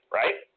right